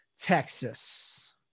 Texas